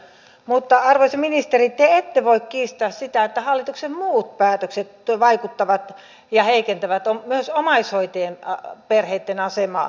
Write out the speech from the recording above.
mutta arvoisa ministeri te ette voi kiistää sitä että hallituksen muut päätökset vaikuttavat ja heikentävät myös omaishoitajien perheitten asemaa